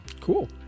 Cool